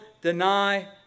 deny